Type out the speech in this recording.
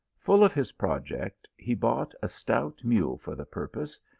full of his project, he bought a stout mule for the purpose,